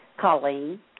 Colleen